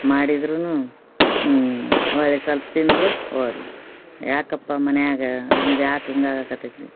ಮಾಡಿದ್ರೂನು ಒಳ್ಳೆಯ ಸಲ್ಪ ತಿಂದ್ಳು ಹೋದ್ಲ್ ಯಾಕಪ್ಪ ಮನೆಯಾಗ ನಂಗೆ ಯಾಕೆ ಹೀಗಾಗಕತೈತಿ